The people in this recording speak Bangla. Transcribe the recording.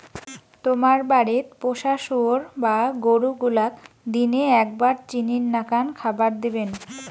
তোমার বাড়িত পোষা শুয়োর বা গরু গুলাক দিনে এ্যাকবার চিনির নাকান খাবার দিবেন